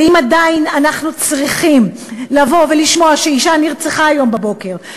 ואם עדיין אנחנו צריכים לבוא ולשמוע שאישה נרצחה היום בבוקר,